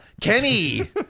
Kenny